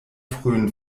frühen